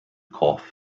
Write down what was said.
cough